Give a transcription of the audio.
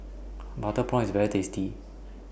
Butter Prawn IS very tasty